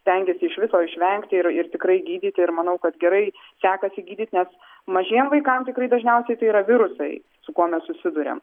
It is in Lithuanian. stengiasi iš viso išvengti ir ir tikrai gydyti ir manau kad gerai sekasi gydyt nes mažiem vaikam tikrai dažniausiai tai yra virusai su kuo mes susiduriam